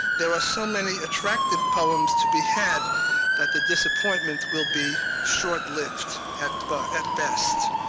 there are so many attractive poems to be had that the disappointment will be short-lived at but at best.